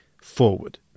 forward